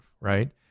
right